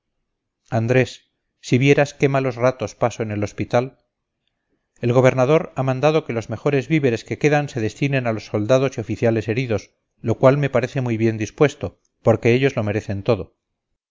andrés si vieras qué malos ratos paso en el hospital el gobernador ha mandado que los mejores víveres que quedan se destinen a los soldados y oficiales heridos lo cual me parece muy bien dispuesto porque ellos lo merecen todo